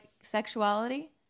sexuality